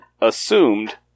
assumed